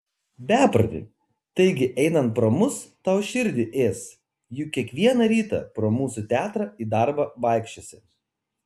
beproti taigi einant pro mus tau širdį ės juk kiekvieną rytą pro mūsų teatrą į darbą vaikščiosi